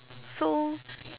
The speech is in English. so